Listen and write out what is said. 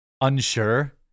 unsure